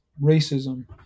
racism